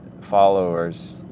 followers